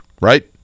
right